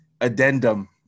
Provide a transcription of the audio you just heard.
addendum